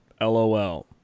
LOL